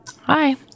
Hi